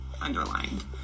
underlined